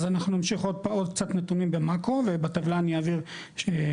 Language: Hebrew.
אז אנחנו נמשיך עוד קצת נתונים במקרו ובטבלה אני אעביר במיקרו.